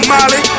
Molly